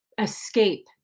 escape